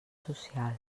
social